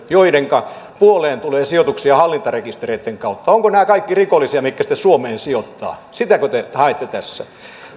joiden puoleen tulee sijoituksia hallintarekistereitten kautta ovatko nämä kaikki rikollisia jotka sitten suomeen sijoittavat sitäkö te haette tässä